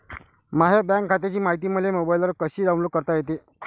माह्या बँक खात्याची मायती मले मोबाईलवर कसी डाऊनलोड करता येते?